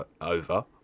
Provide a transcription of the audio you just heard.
over